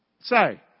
Say